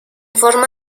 forma